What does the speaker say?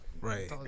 Right